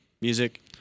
Music